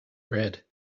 bread